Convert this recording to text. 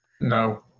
No